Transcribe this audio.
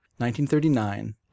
1939